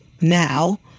now